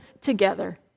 together